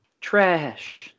trash